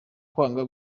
kwanga